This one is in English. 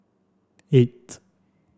eight